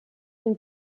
den